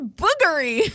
boogery